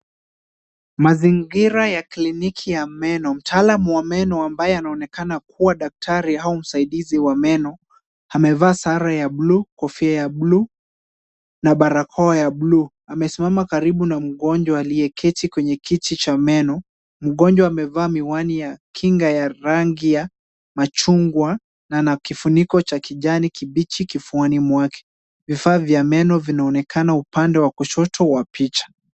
Mazingira ya kliniki ya meno, mtaalamu wa meno ambaye anaonekana kuwa daktari au msaidizi wa meno. Amevaa sare ya bluu, kofia ya bluu, na barakoa ya bluu. Amesimama karibu na mgonjwa aliyeketi kwenye kiti cha meno. Mgonjwa amevaa miwani ya kinga ya rangi ya machungwa na ana kifuniko cha kijani kibichi kifuani mwake. Vifaa vya meno vinaonekana upande wa kushoto wa picha.